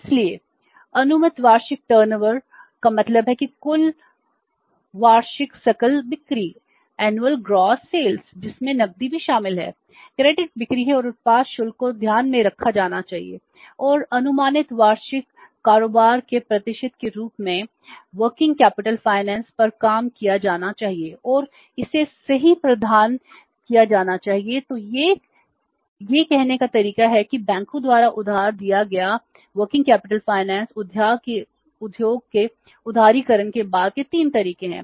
इसलिए अनुमानित वार्षिक टर्नओवर का मतलब है कि कुल वार्षिक सकल बिक्री उद्योग के उदारीकरण के बाद के 3 तरीके हैं